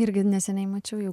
irgi neseniai mačiau jau